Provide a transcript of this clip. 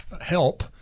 help